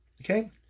Okay